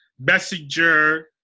messenger